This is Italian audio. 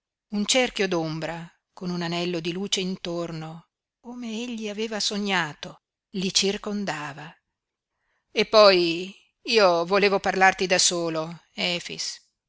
un cerchio d'ombra con un anello di luce intorno come egli aveva sognato li circondava e poi io volevo parlarti da solo efix